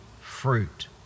fruit